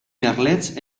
merlets